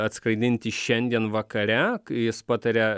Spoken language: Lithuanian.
atskraidinti šiandien vakare jis pataria